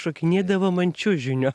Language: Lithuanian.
šokinėdavom ant čiužinio